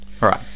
Right